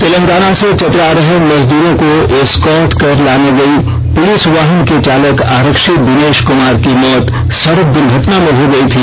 तेलंगाना से चतरा आ रहे मजदूरों को एस्कॉर्ट कर लाने गई पुलिस वाहन के चालक आरक्षी दिनेश कुमार की मौत सड़क दुर्घटना में हो गई थी